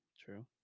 True